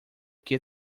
que